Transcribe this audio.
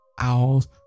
owls